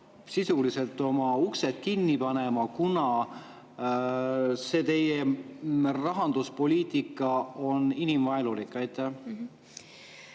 sisuliselt oma uksed kinni panema, kuna see teie rahanduspoliitika on inimvaenulik? Aitäh,